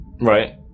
Right